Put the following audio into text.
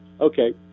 Okay